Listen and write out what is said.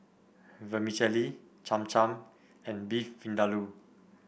Vermicelli Cham Cham and Beef Vindaloo